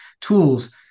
tools